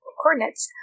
coordinates